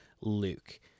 Luke